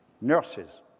nurses